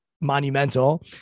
monumental